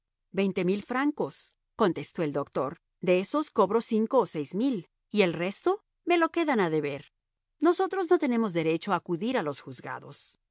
veinte mil francos contestó el doctor de esos cobro cinco o seis mil y el resto me lo quedan a deber nosotros no tenemos derecho a acudir a los juzgados